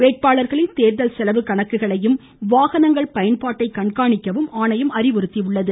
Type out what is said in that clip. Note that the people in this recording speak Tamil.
வேட்பாளர்களின் தேர்தல் செலவு கணக்குகளையும் வாகனங்கள் பயன்பாட்டை கண்காணிக்கவும் ஆணையம் அறிவுறுத்தியுள்ளது